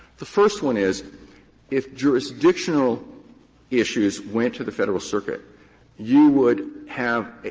the first one is if jurisdictional issues went to the federal circuit you would have